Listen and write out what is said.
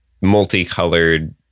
multicolored